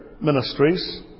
ministries